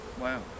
Wow